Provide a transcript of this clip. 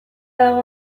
dago